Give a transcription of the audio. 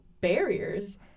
barriers